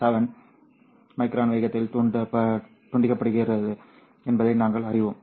7 micron வேகத்தில் துண்டிக்கப்பட்டுள்ளது என்பதை நாங்கள் அறிவோம்